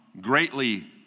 greatly